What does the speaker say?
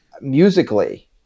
musically